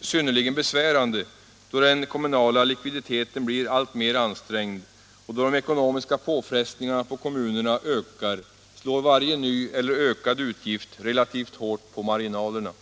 synnerligen besvärande då den kommunala likviditeten blir alltmer ansträngd. När de ekonomiska påfrestningarna på kommunerna ökar, slår varje ny eller ökad utgift relativt hårt på marginalerna.